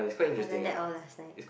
I learn that all last night